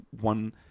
one